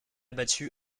battu